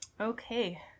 okay